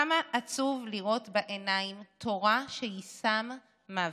כמה עצוב לראות בעיניים תורה שהיא סם מוות,